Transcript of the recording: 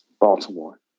Baltimore